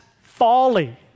folly